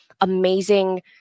amazing